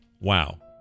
wow